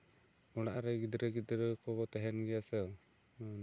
ᱚᱲᱟᱜᱨᱮ ᱜᱤᱫᱽᱨᱟᱹ ᱜᱤᱫᱽᱨᱟᱹ ᱠᱚ ᱛᱟᱦᱮᱱ ᱜᱮᱭᱟ